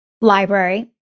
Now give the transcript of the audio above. library